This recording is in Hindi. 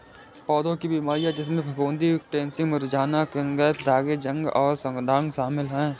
पौधों की बीमारियों जिसमें फफूंदी कोटिंग्स मुरझाना स्कैब्स धब्बे जंग और सड़ांध शामिल हैं